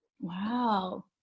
Wow